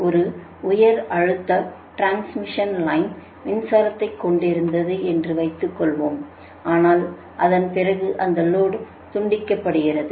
ஒரு உயர் அழுத்தப் டிரான்ஸ்மிஷன் லைன் மின்சாரத்தை கொண்டிருந்தது என்று வைத்துக்கொள்வோம் ஆனால் அதன் பிறகு அந்த லோடு துண்டிக்கப்படுகிறது